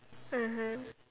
(uh huh)